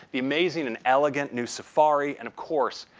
the amazing and elegant new safari and of course,